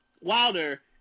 Wilder